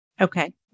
Okay